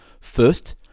First